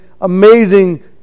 amazing